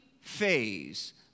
phase